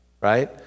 right